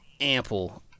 ample